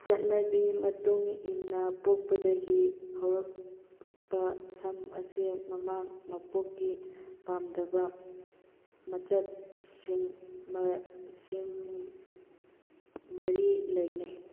ꯆꯠꯅꯕꯤ ꯃꯇꯨꯡ ꯏꯟꯅ ꯄꯣꯛꯄꯗꯒꯤ ꯍꯧꯔꯛꯄ ꯁꯝ ꯑꯁꯦ ꯃꯃꯥꯡ ꯃꯄꯣꯛꯀꯤ ꯄꯥꯝꯗꯕ ꯃꯆꯠꯁꯤꯡ ꯃꯔꯤ ꯂꯩꯅꯩ